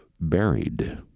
buried